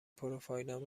پروفایلم